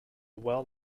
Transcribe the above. well